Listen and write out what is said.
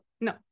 no